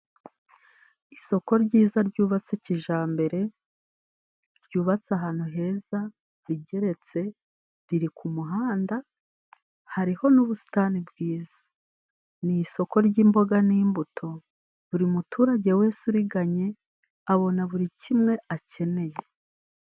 Isoko ryiza ryubatse kijambere, ryubatse ahantu heza rigeretse riri ku muhanda, hariho n'ubusitani bwiza. Ni isoko ry'imboga n'imbuto buri muturage wese uriganye, abona buri kimwe akeneye.